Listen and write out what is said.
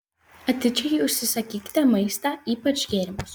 atidžiai užsisakykite maistą ypač gėrimus